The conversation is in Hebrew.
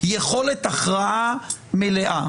יכולת הכרעה מלאה.